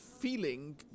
feeling